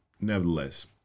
nevertheless